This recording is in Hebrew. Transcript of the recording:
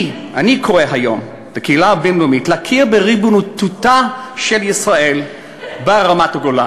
אני קורא היום לקהילה הבין-לאומית להכיר בריבונותה של ישראל ברמת-הגולן.